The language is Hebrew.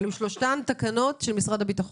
שלושתן תקנות של משרד הביטחון.